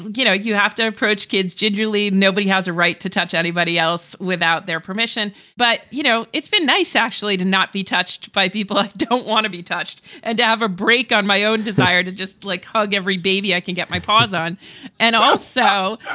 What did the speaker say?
you know, you have to approach kids gingerly. nobody has a right to touch anybody else without their permission. but, you know, it's been nice, actually, to not be touched by people. i don't want to be touched and have a break on my own desire to just, like, hug every baby i can get my paws on and also,